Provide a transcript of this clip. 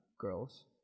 girls